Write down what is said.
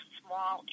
small